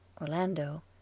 Orlando